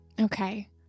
Okay